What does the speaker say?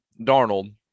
Darnold